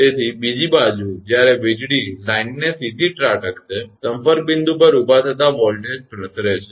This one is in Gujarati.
તેથી બીજી બાજુ જ્યારે વીજળી લાઈનને સીધી ત્રાટકશે સંપર્ક બિંદુ પર ઉભા થતા વોલ્ટેજ પ્રસરે છે